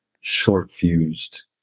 short-fused